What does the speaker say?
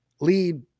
lead